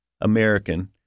American